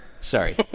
Sorry